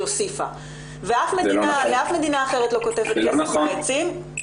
הוסיפה ואף מדינה אחרת לא קוטפת כסף מהעצים --- זה לא נכון.